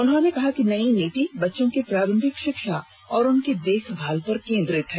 उन्होंने कहा कि नयी नीति बच्चों की प्रारंभिक शिक्षा और उनकी देखभाल पर केंद्रित है